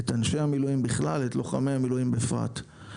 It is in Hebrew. את אנשי המילואים בכלל, את לוחמי המילואים בפרט.